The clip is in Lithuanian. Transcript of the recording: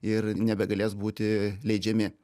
ir nebegalės būti leidžiami